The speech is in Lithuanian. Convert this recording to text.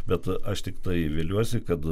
bet aš tiktai viliuosi kad